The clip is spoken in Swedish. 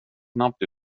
knappt